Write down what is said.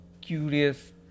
curious